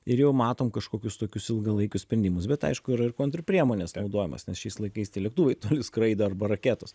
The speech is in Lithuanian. ir jau matom kažkokius tokius ilgalaikius sprendimus bet aišku yra ir kontrpriemonės naudojamos nes šiais laikais tie lėktuvai skraido arba raketos